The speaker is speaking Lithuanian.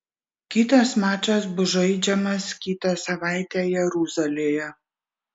kitas mačas bus žaidžiamas kitą savaitę jeruzalėje